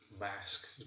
Mask